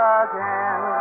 again